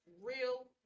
real